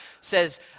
says